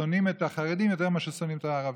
ששונאים את החרדים יותר ממה ששונאים את הערבים,